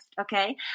okay